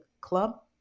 Club